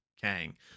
Kang